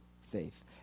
faith